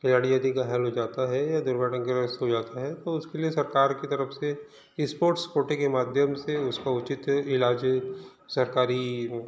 खिलाड़ी यदि घायल हो जाता है या दुर्घटनाग्रस्त हो जाता है तो उसके लिए सरकार की तरफ से स्पोर्ट्स कोटे के माध्यम से उसको उचित इलाज सरकारी